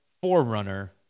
forerunner